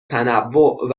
تنوع